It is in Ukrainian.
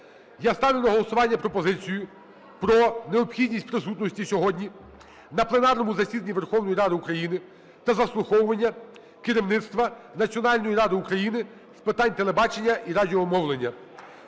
я ставлю на голосування пропозицію про необхідність присутності сьогодні на пленарному засіданні Верховної Ради України та заслуховування керівництва Національної ради України з питань телебачення і радіомовлення.